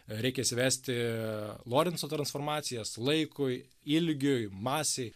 reikės vesti lorenco transformacijos laikui ilgiui masei